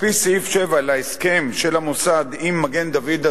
על-פי סעיף 7 להסכם של המוסד עם מגן-דוד-אדום,